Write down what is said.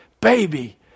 baby